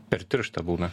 per tiršta būna